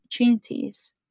opportunities